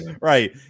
Right